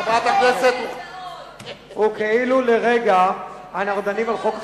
בתוקף, וכאילו לרגע אנחנו דנים על חוק חדש.